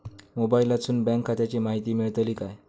मोबाईलातसून बँक खात्याची माहिती मेळतली काय?